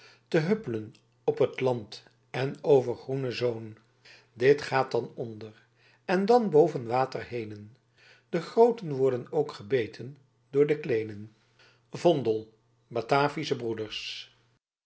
te huppelen op t lant en over groene zoôn dit gaat dan onder en dan boven water heenen de grooten worden oock gebeten van de kleenen vondel batavische gebroeders